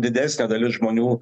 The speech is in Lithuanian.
didesnė dalis žmonių